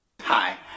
Hi